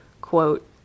Quote